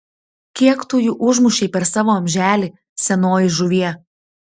kiek tu jų užmušei per savo amželį senoji žuvie